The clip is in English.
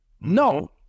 No